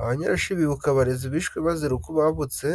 Abanyeshuri bibuka abarezi bishwe bazira uko bavutse